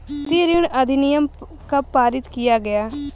कृषि ऋण अधिनियम कब पारित किया गया?